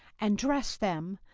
and dress them,